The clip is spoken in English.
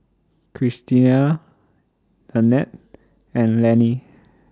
Christiana Nannette and Lannie